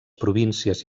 províncies